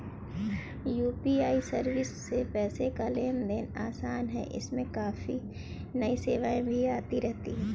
UPI service से पैसे का लेन देन आसान है इसमें काफी नई सेवाएं भी आती रहती हैं